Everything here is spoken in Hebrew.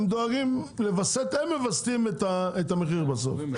בסוף הם מווסתים את המחיר.